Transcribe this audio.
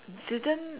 didn't